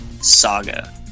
saga